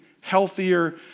healthier